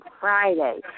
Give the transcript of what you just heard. Friday